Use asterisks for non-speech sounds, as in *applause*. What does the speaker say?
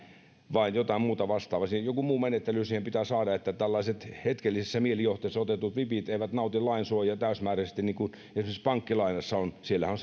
vaan jotain muuta vastaavaa joku muu menettely siihen pitää saada että tällaiset hetkellisessä mielijohteessa otetut vipit eivät nauti lainsuojaa täysmääräisesti niin kuin esimerkiksi pankkilainassa on siellähän on *unintelligible*